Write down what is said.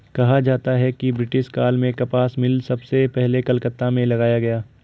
कहा जाता है कि ब्रिटिश काल में कपास मिल सबसे पहले कलकत्ता में लगाया गया